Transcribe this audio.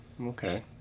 Okay